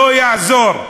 לא יעזור.